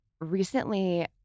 recently